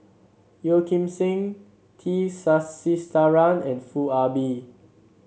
Yeo Kim Seng T Sasitharan and Foo Ah Bee